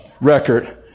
record